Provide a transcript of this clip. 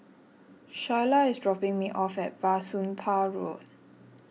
Shyla is dropping me off at Bah Soon Pah Road